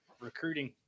recruiting